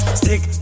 stick